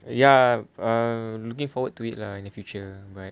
ya err looking forward to it lah in the future